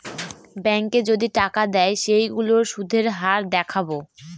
ব্যাঙ্কে যদি টাকা দেয় সেইগুলোর সুধের হার দেখাবো